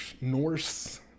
Norse